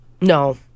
No